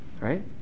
right